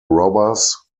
robbers